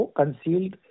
concealed